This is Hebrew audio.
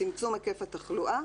צמצום היקף התחלואה,